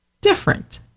different